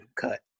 cut